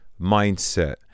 mindset